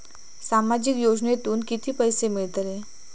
सामाजिक योजनेतून किती पैसे मिळतले?